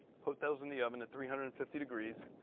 put those in the oven at three hundred and fifty degrees